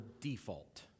default